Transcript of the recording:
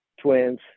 Twins